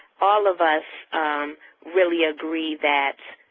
all of us really agree that